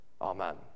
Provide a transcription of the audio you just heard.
Amen